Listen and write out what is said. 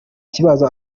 kibazo